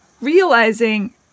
realizing